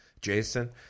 Jason